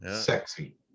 Sexy